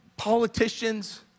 politicians